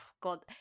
God